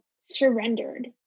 surrendered